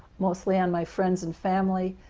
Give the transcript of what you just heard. mostly on my friends and family,